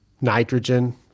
nitrogen